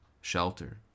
Shelter